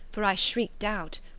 for i shrieked out.